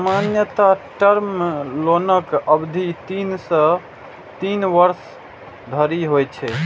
सामान्यतः टर्म लोनक अवधि तीन सं तीन वर्ष धरि होइ छै